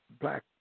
black